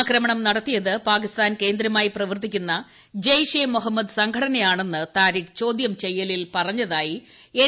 ആക്രമണം നടത്തിയത് പാകിസ്ഥാൻ കേന്ദ്രമായി പ്രവർത്തിക്കുന്ന ജയ്ഷെ ഇ മൊഹമ്മദ് സംഘടനയാണെന്ന് താരീഖ് ചോദ്യം ചെയ്യലിൽ പറഞ്ഞതായി എൻ